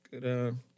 Good